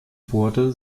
wurde